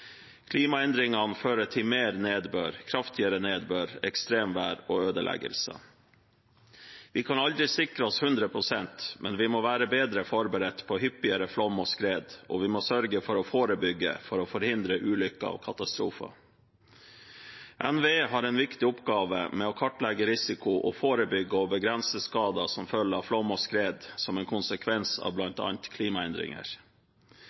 Klimaendringene fører til mer nedbør, kraftigere nedbør, ekstremvær og ødeleggelser. Vi kan aldri sikre oss 100 prosent, men vi må være bedre forberedt på hyppigere flom og skred, og vi må sørge for å forebygge for å forhindre ulykker og katastrofer. NVE har en viktig oppgave med å kartlegge risiko og å forebygge og begrense skader som følge av flom og skred, som en konsekvens av